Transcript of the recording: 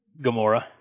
Gamora